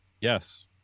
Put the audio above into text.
Yes